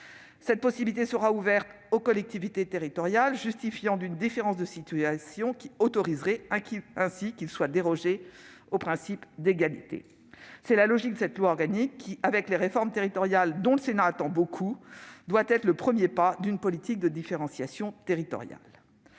Cette possibilité sera ouverte aux collectivités territoriales justifiant d'une différence de situation qui autoriserait qu'il soit ainsi dérogé au principe d'égalité. C'est la logique de cette loi organique, qui, avec les réformes territoriales, dont le Sénat attend beaucoup, doit être le premier pas d'une politique de différenciation territoriale.